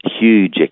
huge